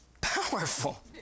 Powerful